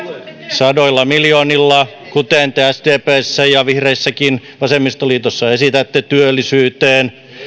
sadoilla miljoonilla kuten te sdpssä ja vihreissäkin vasemmistoliitossa esitätte työllisyyteen